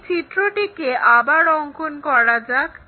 এই চিত্রটিকে আবার অঙ্কন করা যাক